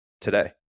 today